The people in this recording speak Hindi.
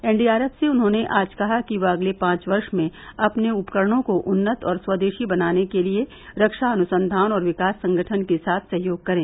एनडीआरएफ से उन्होंने आज कहा कि वह अगले पांच वर्ष में अपने उपकरणों को उन्नत और स्वदेशी बनाने के लिए रक्षा अनुसंघान और विकास संगठन के साथ सहयोग करे